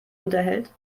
unterhält